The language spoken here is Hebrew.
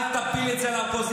אל תפיל את זה על האופוזיציה,